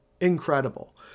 incredible